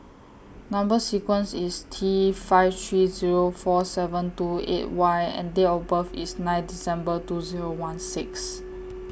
Number sequence IS T five three Zero four seven two eight Y and Date of birth IS nine December two Zero one six